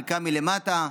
חלקן מלמטה.